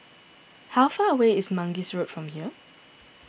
how far away is Mangis Road from here